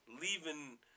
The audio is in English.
leaving